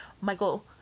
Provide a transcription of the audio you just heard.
michael